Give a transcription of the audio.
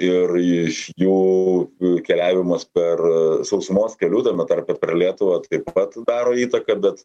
ir iš jų keliavimas per sausumos keliu tame tarpe per lietuvą taip pat daro įtaką bet